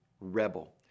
rebel